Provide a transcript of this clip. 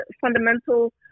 fundamental